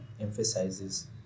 emphasizes